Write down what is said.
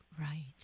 Right